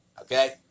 Okay